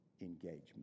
engagement